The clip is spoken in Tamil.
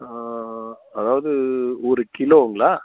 அதாவது ஒரு கிலோங்களா